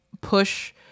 push